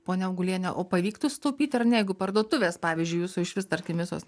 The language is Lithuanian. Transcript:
ponia auguliene pavyktų sutaupyt ar ne jeigu parduotuvės pavyzdžiui jūsų išvis tarkim visos